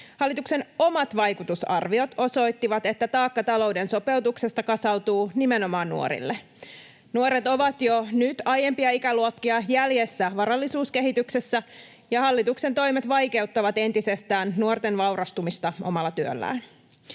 Hallituksen omat vaikutusarviot osoittivat, että taakka talouden sopeutuksesta kasautuu nimenomaan nuorille. Nuoret ovat jo nyt aiempia ikäluokkia jäljessä varallisuuskehityksessä, ja hallituksen toimet vaikeuttavat entisestään nuorten vaurastumista omalla työllään.